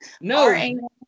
No